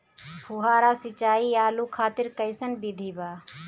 फुहारा सिंचाई आलू खातिर कइसन विधि बा?